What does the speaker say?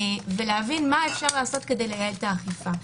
ולהבין מה אפשר לעשות כדי לייעל את האכיפה.